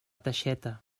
teixeta